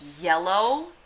yellow